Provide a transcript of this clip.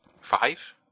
five